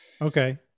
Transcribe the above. okay